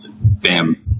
bam